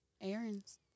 errands